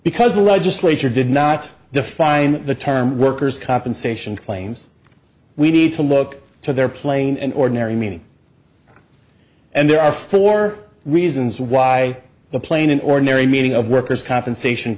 because the legislature did not define the term workers compensation claims we need to look to their plain and ordinary meaning and there are four reasons why the plane an ordinary meeting of workers compensation